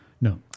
No